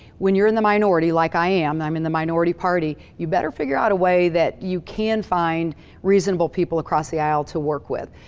when you're in the minority, like i am, i'm in the minority party, you better figure out a way that you can find reasonable people across the isle to work with.